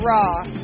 Raw